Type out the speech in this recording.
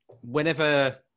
whenever –